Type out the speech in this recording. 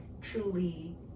truly